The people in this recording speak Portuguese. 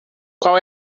qual